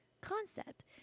concept